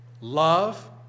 love